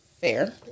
Fair